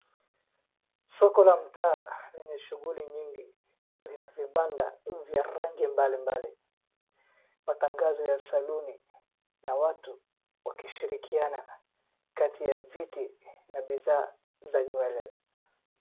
Soko la mtaa lenye shughuli nyingi lina vibanda vya rangi mbalimbali. Matangazo ya saluni na watu wakishirikiana kati ya viti na bidhaa za nywele.